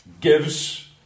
gives